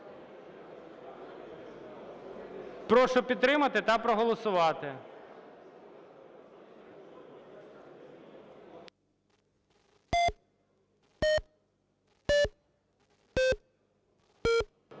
Прошу підтримати та проголосувати.